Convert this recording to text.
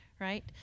right